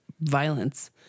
violence